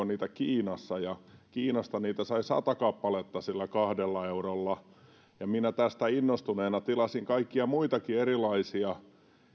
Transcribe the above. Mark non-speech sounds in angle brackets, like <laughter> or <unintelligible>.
<unintelligible> niitä kiinassa kiinasta niitä sai sata kappaletta sillä kahdella eurolla ja minä tästä innostuneena tilasin kaikkia muitakin erilaisia